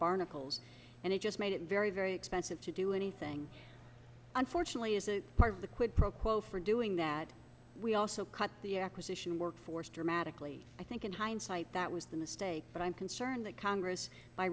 barnacles and it just made it very very expensive to do anything unfortunately is a part of the quid pro quo for doing that we also cut the acquisition workforce dramatically i think in hindsight that was the mistake but i'm concerned that congress by